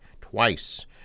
twice